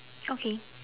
okay